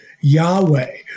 Yahweh